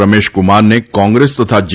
રમેશકુમારને કોંગ્રેસ તથા જે